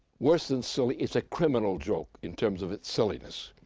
worse than silly, it's a criminal joke in terms of its silliness.